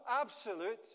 absolute